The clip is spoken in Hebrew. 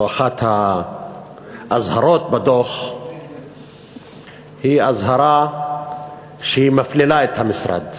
או אחת האזהרות בדוח היא אזהרה שמפלילה את המשרד,